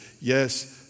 yes